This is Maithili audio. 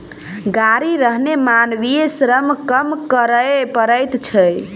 गाड़ी रहने मानवीय श्रम कम करय पड़ैत छै